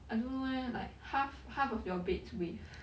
I don't know eh like half half of your bed's width